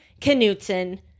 Knutson